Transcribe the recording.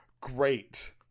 Great